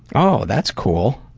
oh that's cool.